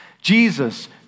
Jesus